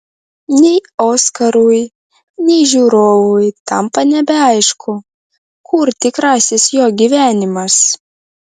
nei oskarui nei žiūrovui tampa nebeaišku kur tikrasis jo gyvenimas